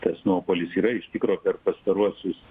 tas nuopuolis yra iš tikro per pastaruosius